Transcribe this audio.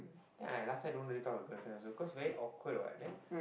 then I last time don't really talk to the girlfriend also cause very awkward what then